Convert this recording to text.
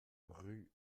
rue